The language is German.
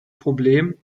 problem